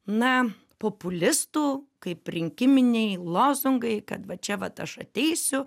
na populistų kaip rinkiminiai lozungai kad va čia vat aš ateisiu